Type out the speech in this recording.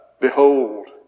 Behold